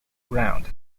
ground